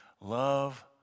Love